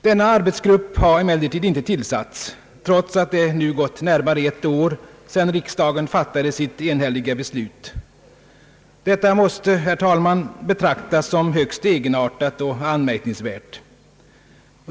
Denna arbetsgrupp har emellertid inte tillsatts, trots att det nu gått närmare ett år sedan riksdagen fattade sitt en hälliga beslut. Detta måste, herr talman, betraktas som högst egenartat och anmärkningsvärt.